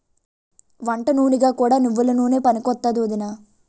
వంటనూనెగా కూడా నువ్వెల నూనె పనికొత్తాదా ఒదినా?